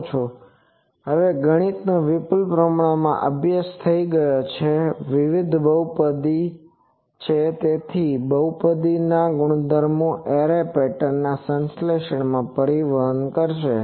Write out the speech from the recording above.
તેથી હવે ગણિતનો વિપુલ પ્રમાણમાં અભ્યાસ થઈ ગયો છે આ વિવિધ બહુપદી છે તેથી બહુપદી ગુણધર્મો એરે પેટર્ન ના સંશ્લેષણમાં પરિવહન કરશે